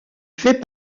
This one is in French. fait